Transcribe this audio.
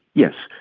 yes.